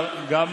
וגם